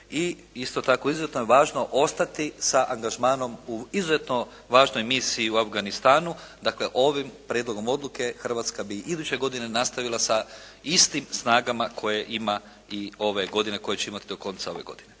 I isto tako izuzetno je važno ostati sa angažmanom u izuzeto važnoj misiji u Afganistanu dakle ovim prijedlogom odluke Hrvatska bi iduće godine nastavila sa istim snagama koje ima i ove godine koje će imati do konca ove godine.